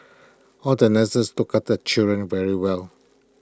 all the nurses took after the children very well